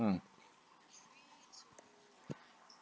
mm